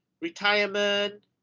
retirement